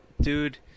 Dude